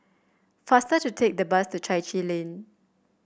faster to take the bus to Chai Chee Lane